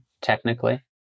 technically